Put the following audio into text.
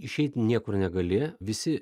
išeit niekur negali visi